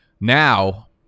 now